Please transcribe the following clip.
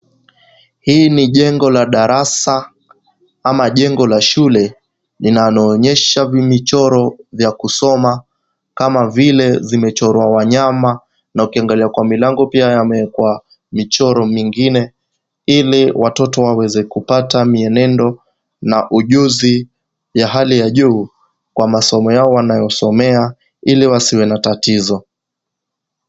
Hii ni jengo la darasa ama jengo la shule, linaloonyesha michoro ya kusoma kama vile vimechorwa wanyama na ukiangalia kwa milango pia yamewekwa michoro mingine, ili watoto waweze kupata mienendo na ujuzi ya hali ya juu, kwa masomo yao wanayosomea, ili wasiwe na tatizo.